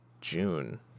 June